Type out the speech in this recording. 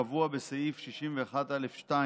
הקבוע בסעיף 61(א)(2)